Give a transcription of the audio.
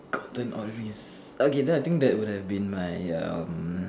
gotten or res~ okay then I think that would have been my um